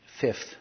Fifth